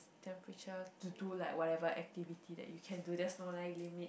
temperature to do like whatever activity that you can do just no line limit